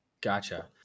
Gotcha